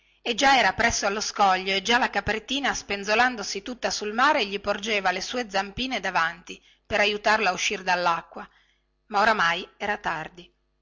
e già era presso lo scoglio e già la caprettina spenzolandosi tutta sul mare gli porgeva le sue zampine davanti per aiutarlo a uscire dallacqua ma oramai era tardi